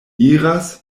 iras